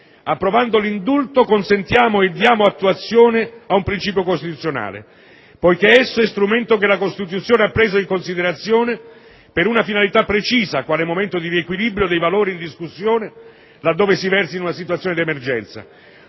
Approvando l'indulto consentiamo e diamo attuazione a un principio costituzionale, poiché esso è lo strumento che la Costituzione ha preso in considerazione per una finalità precisa, quale momento di riequilibrio dei valori in discussione, laddove si versi in una situazione d'emergenza.